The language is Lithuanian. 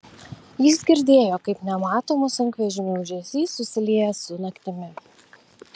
jis girdėjo kaip nematomų sunkvežimių ūžesys susilieja su naktimi